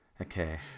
Okay